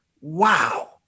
wow